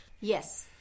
Yes